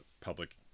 public